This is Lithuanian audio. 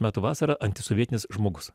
metų vasarą antisovietinis žmogus